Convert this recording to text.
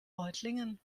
reutlingen